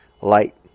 light